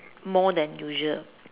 more than usual